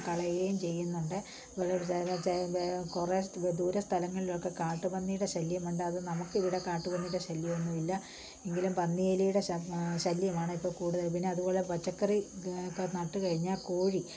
കളയുകയും ചെയ്യുന്നുണ്ട് കുറെ തീരെ കുറെ ദൂരെ സ്ഥലങ്ങളിലൊക്കെ കാട്ടുപന്നിയുടെ ശല്യം ഉണ്ടാകും നമുക്ക് ഇവിടെ കാട്ടുപന്നിയുടെ ശല്യം ഒന്നുമില്ല എങ്കിലും പന്നി എലിയുടെ ശ് ശല്യമാണ് ഇപ്പോൾ കൂടുതൽ പിന്നെ അതുപോലെ പച്ചക്കറി ഒക്കെ നട്ടുകഴിഞ്ഞാൽ കോഴി